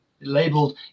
labeled